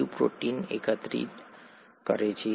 કયું પ્રોટીન એકત્ર કરે છે